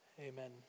amen